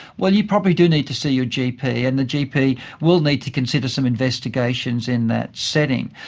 well, you probably do need to see your gp and the gp will need to consider some investigations in that setting.